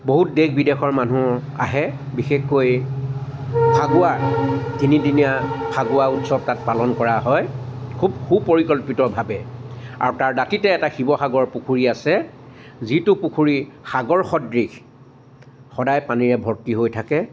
বহুত দেশ বিদেশৰ মানুহ আহে বিশেষকৈ ফাগুৱা তিনিদিনীয়া ফাগুৱা উৎসৱ তাত পালন কৰা হয় সুপ সুপৰিকল্পিতভাৱে আৰু তাৰ দাঁতিতে এটা শিৱসাগৰ পুখুৰী আছে যিটো পুখুৰী সাগৰসদৃশ সদায় পানীৰে ভৰ্তি হৈ থাকে